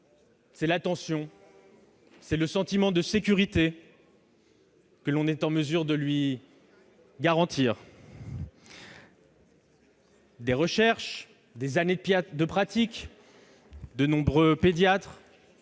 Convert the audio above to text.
l'attention et le sentiment de sécurité que l'on est en mesure de lui garantir. Des recherches, des années de pratiques de nombreux pédiatres